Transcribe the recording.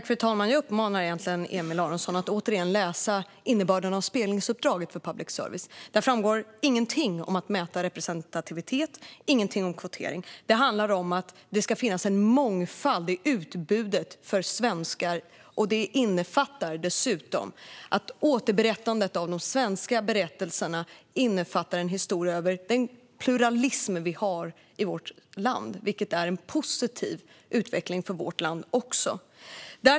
Fru talman! Jag uppmanar Aron Emilsson att återigen läsa om innebörden av speglingsuppdraget för public service. Där framgår ingenting om att mäta representativitet och ingenting om kvotering. Det handlar om att det ska finnas en mångfald i utbudet för svenskar. Det innefattar dessutom att de svenska berättelserna innehåller en historia med den pluralism som vi har i vårt land, vilket är en positiv utveckling för vårt land.